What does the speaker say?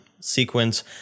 sequence